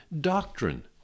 doctrine